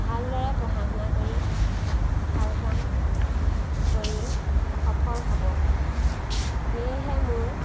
ভাল ল'ৰা পঢ়া শুনা কৰি ভাল কাম কৰি সফল হ'ব পাৰি সেয়েহে মোৰ